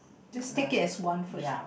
just take it as one first